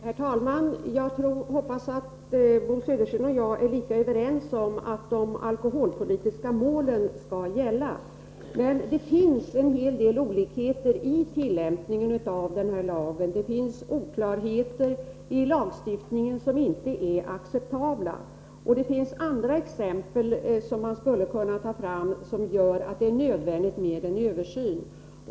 Herr talman! Jag hoppas att Bo Södersten och jag är överens om att de alkoholpolitiska målen skall gälla. Men det finns en hel del olikheter i tillämpningen av lagen, och det finns oklarheter i lagstiftningen som inte är acceptabla. Jag skulle också kunna ta fram andra exempel på att det är nödvändigt med en översyn.